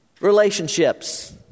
relationships